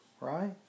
right